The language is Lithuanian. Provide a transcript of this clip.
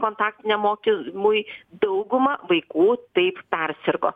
kontaktiniam mokymui dauguma vaikų taip persirgo